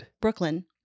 Brooklyn